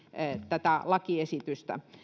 tätä lakiesitystä